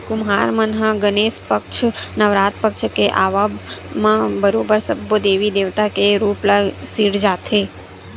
कुम्हार मन ह गनेस पक्छ, नवरात पक्छ के आवब म बरोबर सब्बो देवी देवता के रुप ल सिरजाथे